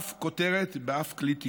אף כותרת באף כלי תקשורת.